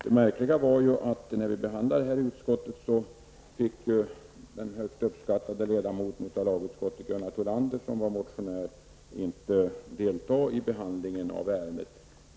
Det märkliga var att när detta ärende behandlades i utskottet fick den högt uppskattade ledamoten av lagutskottet Gunnar Thollander, som var motionär, inte delta i behandlingen av ärendet.